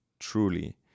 Truly